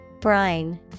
Brine